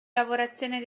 lavorazione